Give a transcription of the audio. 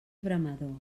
veremador